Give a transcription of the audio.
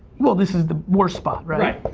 well, this is the worst spot. right.